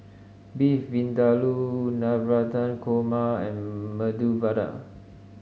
Beef Vindaloo Navratan Korma and Medu Vada